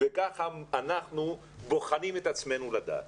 וככה אנחנו בוחנים את עצמנו לדעת.